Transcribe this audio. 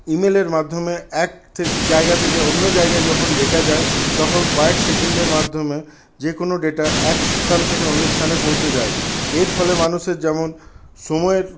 ইমেলের মাধ্যমে এক জায়গা থেকে অন্য জায়গায় যখন ডেটা যায় তখন কয়েক সেকেন্ডের মাধ্যমে যেকোনো ডেটা এক স্থান থেকে অন্য স্থানে পৌঁছে যায় এর ফলে মানুষের যেমন সময়ের